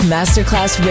Masterclass